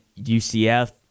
UCF